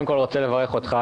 בבקשה, עורך דין נגב, בבקשה.